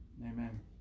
amen